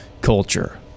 culture